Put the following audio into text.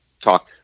talk